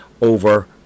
over